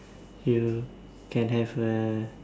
you can have a